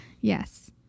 Yes